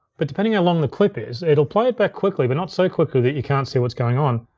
but depending how long the clip is, it'll play it back quickly, but not so quickly that you can't see what's going on.